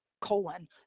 colon